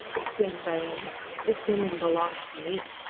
exclaimed dain this woman belongs to me!